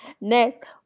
next